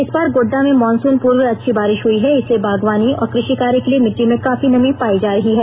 इस बार गोड्डा में मानसून पूर्व अच्छी बारिश हुई है इसलिए बागवानी और कृषि कार्य के लिए मिट्टी में काफी नमी पाई जा रही है